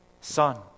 Son